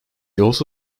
also